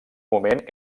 moment